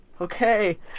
Okay